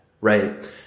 right